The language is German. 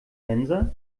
mensa